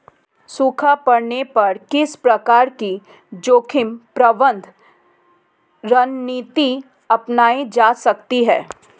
सूखा पड़ने पर किस प्रकार की जोखिम प्रबंधन रणनीति अपनाई जा सकती है?